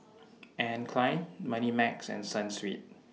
Anne Klein Moneymax and Sunsweet